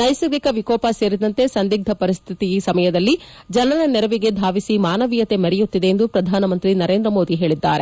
ನೈಸರ್ಗಿಕ ವಿಕೋಪ ಸೇರಿದಂತೆ ಸಂದಿಗ್ದ ಪರಿಸ್ಠಿತಿಯಲ್ಲಿ ಸಮಯದಲ್ಲಿ ಜನರ ನೆರವಿಗೆ ಧಾವಿಸಿ ಮಾನವೀಯತೆ ಮೆರೆಯುತ್ತಿದೆ ಎಂದು ಪ್ರಧಾನಮಂತ್ರಿ ನರೇಂದ್ರ ಮೋದಿ ಹೇಳಿದ್ದಾರೆ